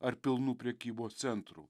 ar pilnų prekybos centrų